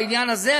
בעניין הזה,